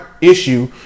issue